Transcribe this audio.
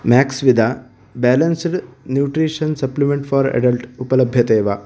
मेक्स्वीदा balanced nutrition supplement for adult उपलभ्यते वा